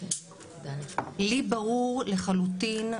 לי ברור לחלוטין,